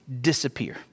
disappear